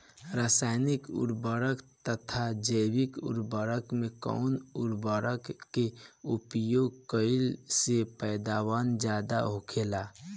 रसायनिक उर्वरक तथा जैविक उर्वरक में कउन उर्वरक के उपयोग कइला से पैदावार ज्यादा होखेला?